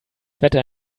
wetter